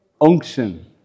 Unction